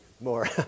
more